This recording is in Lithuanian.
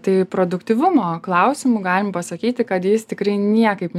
tai produktyvumo klausimu galim pasakyti kad jis tikrai niekaip